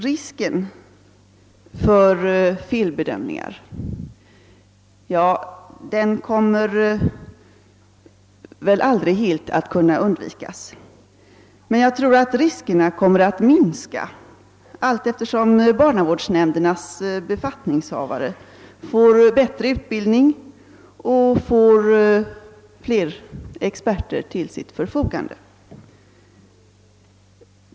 Risken för felbedömningar kommer väl aldrig helt att kunna undvikas. Jag tror emellertid att dessa risker kommer att minska allteftersom barnavårdsnämndernas befattningshavare får bättre utbildning och fler experter till sitt förfogande.